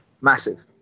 Massive